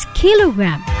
kilogram